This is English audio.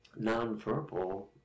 nonverbal